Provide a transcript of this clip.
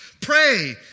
pray